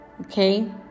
Okay